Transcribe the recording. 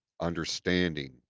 understanding